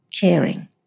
caring